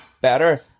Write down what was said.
better